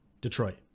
Detroit